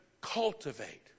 cultivate